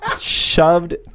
shoved